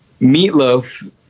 meatloaf